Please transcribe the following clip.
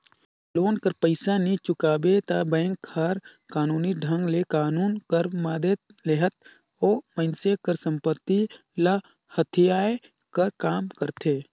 loan कर पइसा नी चुकाबे ता बेंक हर कानूनी ढंग ले कानून कर मदेत लेहत ओ मइनसे कर संपत्ति ल हथियाए कर काम करथे